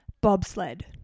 Bobsled